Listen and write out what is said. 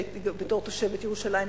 בתור תושבת ירושלים,